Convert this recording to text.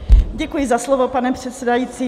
Děkuji za slovo, pane předsedající.